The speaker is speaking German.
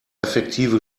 effektive